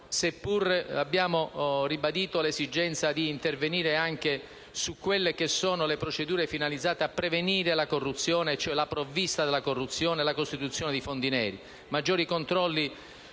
seppur abbiamo ribadito l'esigenza di intervenire anche sulle procedure finalizzate a prevenire la corruzione. Mi riferisco alla provvista della corruzione, alla costituzione di fondi neri, a maggiori controlli